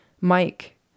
Mike